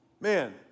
Man